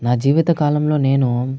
నా జీవితకాలంలో నేను